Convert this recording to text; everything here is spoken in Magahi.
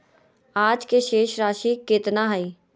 आज के शेष राशि केतना हइ?